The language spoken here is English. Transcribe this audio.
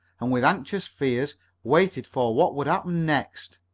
and with anxious fears waited for what would happen next.